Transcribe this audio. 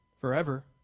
forever